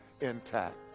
intact